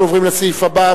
אנחנו עוברים לסעיף הבא,